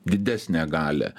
didesnę galią